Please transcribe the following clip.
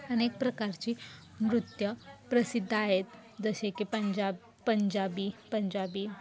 अनेक प्रकारची नृत्य प्रसिद्ध आहेत जसे की पंजाब पंजाबी पंजाबी